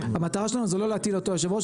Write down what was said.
המטרה שלנו זה לא להטיל אותו היושב ראש,